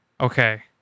okay